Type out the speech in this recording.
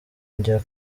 njya